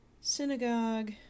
synagogue